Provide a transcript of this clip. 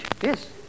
Yes